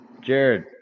Jared